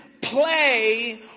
play